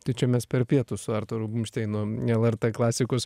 tai čia mes per pietus su arturu bumšteinu lrt klasikos